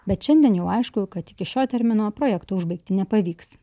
bet šiandien jau aišku kad iki šio termino projekto užbaigti nepavyks